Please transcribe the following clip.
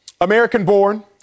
American-born